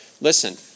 listen